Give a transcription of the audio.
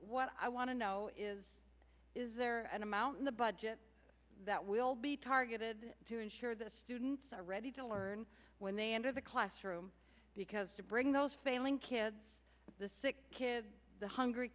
what i want to know is is there an amount in the budget that will be targeted to ensure the students are ready to learn when they enter the classroom because to bring those failing kids the sick kid the hungry